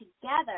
together